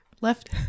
Left